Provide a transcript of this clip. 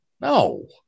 No